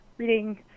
reading